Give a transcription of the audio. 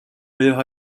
meilleur